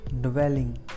Dwelling